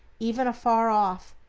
even afar off,